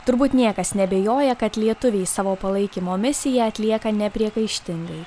turbūt niekas neabejoja kad lietuviai savo palaikymo misiją atlieka nepriekaištingai